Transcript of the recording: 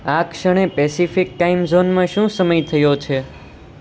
આ ક્ષણે Pacific time ઝોનમાં શું સમય થયો છે